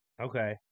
Okay